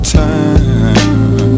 time